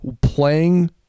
playing